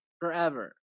Forever